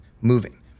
moving